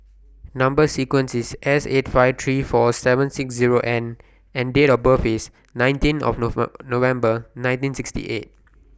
Number sequence IS S eight five three four seven six Zero N and Date of birth IS nineteen November nineteen sixty eight